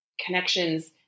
connections